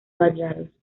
variados